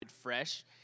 fresh